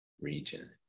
region